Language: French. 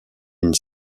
une